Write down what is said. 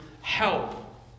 help